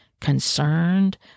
concerned